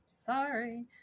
Sorry